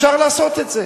אפשר לעשות את זה.